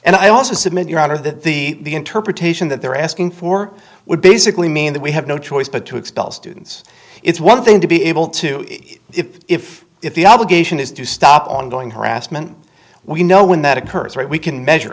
and i also submit your honor that the interpretation that they're asking for would basically mean that we have no choice but to expel students it's one thing to be able to if if the obligation is to stop ongoing harassment we know when that occurs right we can measure